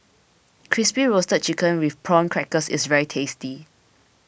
Crispy Roasted Chicken with Prawn Crackers is very tasty